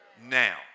now